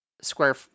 square